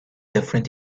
different